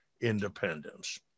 independence